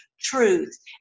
truth